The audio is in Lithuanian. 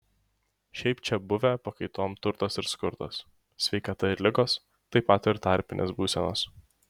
šiaip čia buvę pakaitom turtas ir skurdas sveikata ir ligos taip pat ir tarpinės būsenos